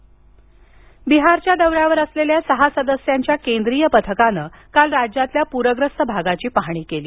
बिहार पथक बिहारच्या दौऱ्यावर असलेल्या सहा सदस्यांच्या केंद्रीय पथकानं काल राज्यातील प्रग्रस्त भागाची पाहणी केली